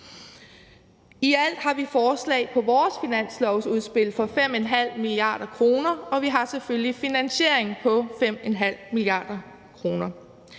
I alt har vi forslag på vores finanslovudspil for 5½ mia. kr., og vi har selvfølgelig finansiering på 5½ mia. kr.